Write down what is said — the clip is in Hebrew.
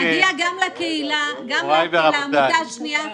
נגיע גם לעמותה השנייה,